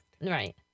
Right